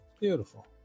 beautiful